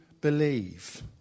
believe